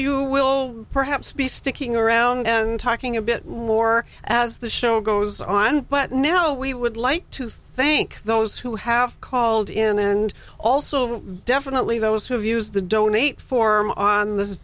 you will perhaps be sticking around and talking a bit more as the show goes on but now we would like to thank those who have called in and also definitely those who have used the donate for more on th